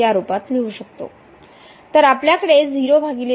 तर आपल्याकडे 00 फॉर्म आहे